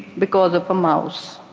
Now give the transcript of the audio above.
because of a mouse.